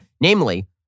namely